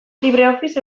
libreoffice